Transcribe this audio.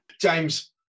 James